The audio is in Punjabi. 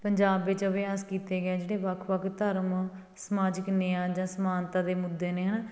ਪੰਜਾਬ ਵਿੱਚ ਅਭਿਆਸ ਕੀਤੇ ਗਏ ਜਿਹੜੇ ਵੱਖ ਵੱਖ ਧਰਮ ਸਮਾਜਿਕ ਨਿਆਂ ਜਾਂ ਸਮਾਨਤਾ ਦੇ ਮੁੱਦੇ ਨੇ ਹੈ ਨਾ